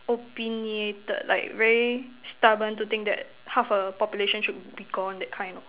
opinionated like very stubborn to think that half a population should be gone that kind